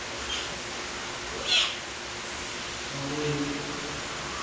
ᱯᱚᱱᱨᱚᱭ